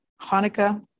Hanukkah